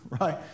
right